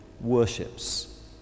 worships